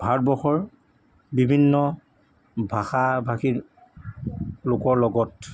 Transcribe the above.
ভাৰতবৰ্ষৰ বিভিন্ন ভাষা ভাষী লোকৰ লগত